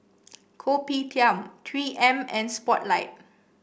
Kopitiam Three M and Spotlight